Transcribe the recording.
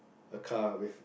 a car with